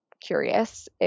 curious